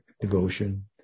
devotion